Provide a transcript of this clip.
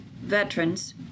veterans